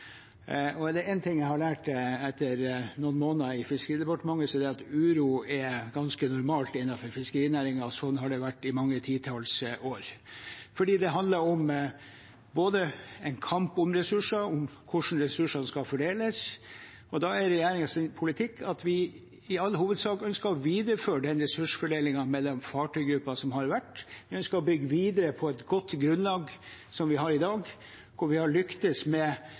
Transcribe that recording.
handler både om en kamp om ressurser og om hvordan ressursene skal fordeles. Da er regjeringens politikk at vi i all hovedsak ønsker å videreføre ressursfordelingen som har vært mellom fartøygrupper. Vi ønsker å bygge videre på et godt grunnlag, som vi har i dag, hvor vi har lyktes med